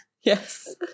yes